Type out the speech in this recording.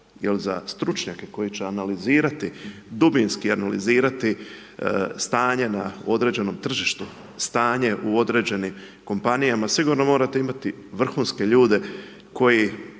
jer za stručnjake koji će analizirati, dubinsko analizirati stanje na određenom tržištu, stanje u određenim kompanijama, sigurno morate imati vrhunske ljude koji